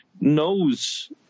knows